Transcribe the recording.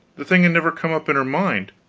the thing had never come up in her mind.